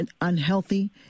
unhealthy